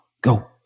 go